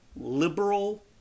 liberal